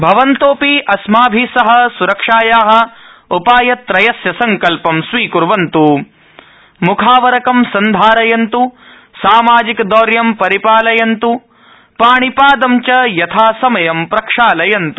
भवन्तोऽपि अस्माभि सह स्रक्षाया उपायत्रयस्य सड्ल्पं स्वीकुर्वन्तु म्खावरंक सन्धारयन्त् सामाजिकदौर्य परिपालयन्तु पाणिपादं च यथासमयं प्रक्षालयन्त्